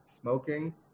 Smoking